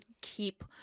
keep